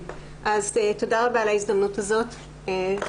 תודה רבה על ההזדמנות וההזמנה.